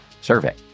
survey